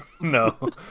No